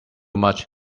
much